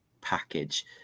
package